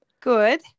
Good